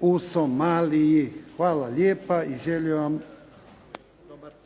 u Somaliji. Hvala lijepa. I želim vam dobar tek.